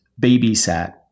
babysat